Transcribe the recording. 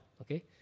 okay